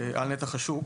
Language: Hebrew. על נתח השוק: